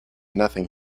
nothing